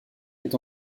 est